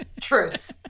Truth